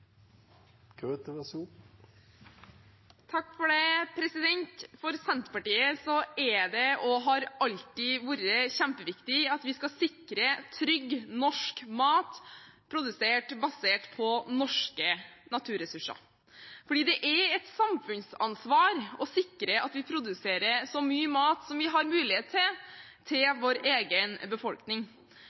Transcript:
For Senterpartiet er det, og har alltid vært, kjempeviktig at vi skal sikre trygg norsk mat basert på norske naturressurser. Det er et samfunnsansvar å sikre at vi produserer så mye mat vi har mulighet til, til vår egen befolkning.